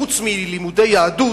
חוץ מלימודי יהדות,